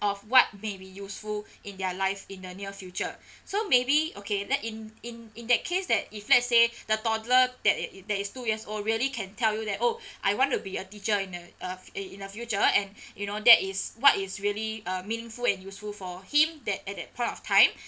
of what may be useful in their life in the near future so maybe okay that in in in that case that if let's say the toddler that i~ that is two years already can tell you that oh I want to be a teacher in the uh in the future and you know that is what is really uh meaningful and useful for him that at that point of time